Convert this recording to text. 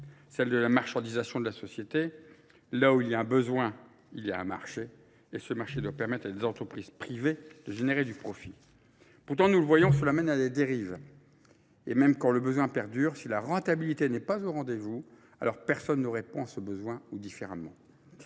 celle de la marchandisation de la société. Là où il y a un besoin, il y a un marché. Et ce marché doit permettre à des entreprises privées de générer du profit. Pourtant, nous le voyons, cela mène à des dérives. Et même quand le besoin perdure, si la rentabilité n'est pas au rendez-vous, alors personne ne répond à ce besoin ou différemment.